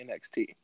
NXT